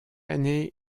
année